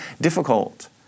difficult